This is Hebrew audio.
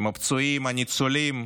עם הפצועים, הניצולים,